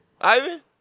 Ivan